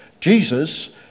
Jesus